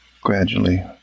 Gradually